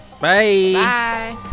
Bye